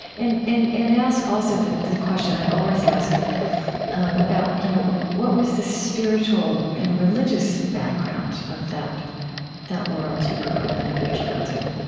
and and and ask, also, the the question i always ask um you know what was the spiritual and religious background of that that world you grew up in of your childhood?